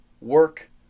work